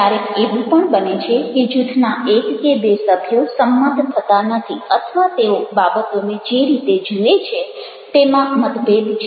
ક્યારેક એવું બને છે કે જૂથના એક કે બે સભ્યો સંમત થતા નથી અથવા તેઓ બાબતોને જે રીતે જુએ છે તેમાં મતભેદ છે